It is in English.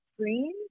screen